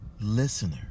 Listener